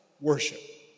worship